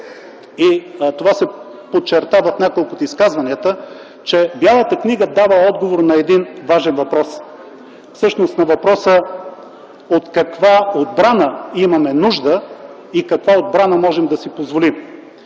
това се подчерта в някои от изказванията, че Бялата книга дава отговор на един важен въпрос, всъщност на въпроса от каква отбрана имаме нужда и каква отбрана можем да си позволим.